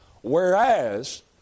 Whereas